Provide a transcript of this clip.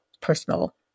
personal